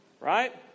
Right